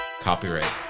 Copyright